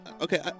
okay